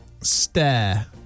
stare